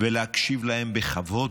להקשיב להם בכבוד,